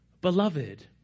beloved